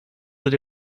that